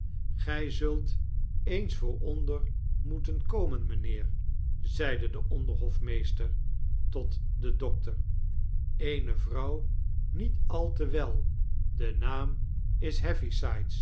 gry zult eens vooronder moeten komen mynheer zeide de onderhofmeester tot den dokter eene vrouw niet al te wel de naam is